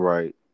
Right